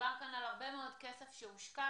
דובר כאן על הרבה מאוד כסף שהושקע.